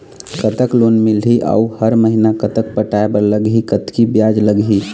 कतक लोन मिलही अऊ हर महीना कतक पटाए बर लगही, कतकी ब्याज लगही?